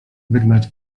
wygnać